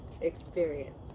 experience